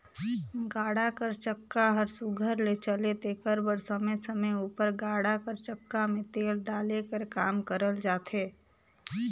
गाड़ा कर चक्का हर सुग्घर ले चले तेकर बर समे समे उपर गाड़ा कर चक्का मे तेल डाले कर काम करल जाथे